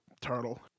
turtle